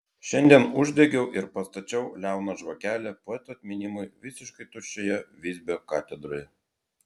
šiandien uždegiau ir pastačiau liauną žvakelę poeto atminimui visiškai tuščioje visbio katedroje